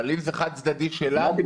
אבל אם זה חד צדדי שלנו --- אמרתי,